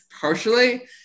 partially